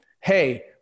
Hey